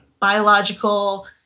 biological